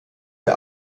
der